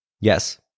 Yes